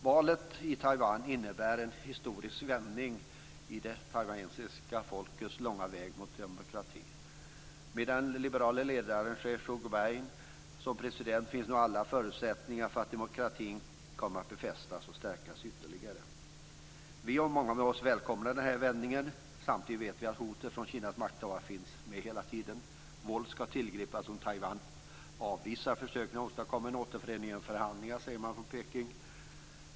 Valet i Taiwan innebär en historisk vändning i det taiwanesiska folkets långa väg mot demokrati. Med den liberale Chen Shui-bian som president finns nu alla förutsättningar för att demokratin kommer att befästas och stärkas ytterligare. Vi och många med oss välkomnar den här vändningen. Samtidigt vet vi att hotet från Kinas makthavare finns med hela tiden. Våld ska tillgripas om Taiwan avvisar försöken att åstadkomma en återförening genom förhandlingar, säger man från Peking.